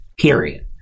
Period